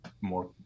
more